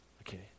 okay